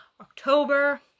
October